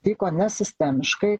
tai kone sistemiškai